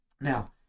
Now